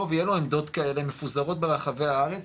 ויהיו לו עמדות כאלה מפוזרות ברחבי הארץ,